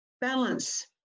balance